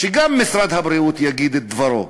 שגם משרד הבריאות יגיד את דברו,